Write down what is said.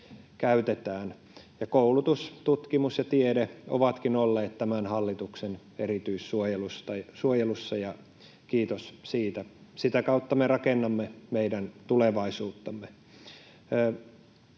käytetään, ja koulutus, tutkimus ja tiede ovatkin olleet tämän hallituksen erityissuojelussa — kiitos siitä. Sitä kautta me rakennamme meidän tulevaisuuttamme.